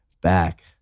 back